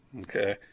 Okay